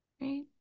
Right